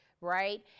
right